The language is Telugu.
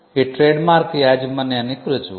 ఈ ట్రేడ్మార్క్ యాజమాన్యానికి రుజువు